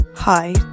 Hi